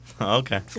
Okay